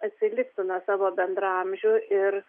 atsiliktų nuo savo bendraamžių ir